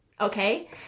Okay